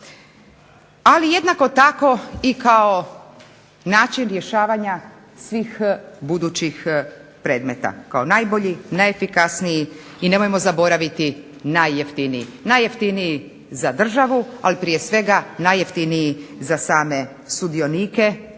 Ali jednako tako i kao način rješavanja svih budućih predmeta kao najbolji, najefikasniji. I nemojmo zaboraviti najjeftiniji. Najjeftiniji za državu, ali prije svega najjeftiniji za same sudionike